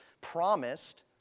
promised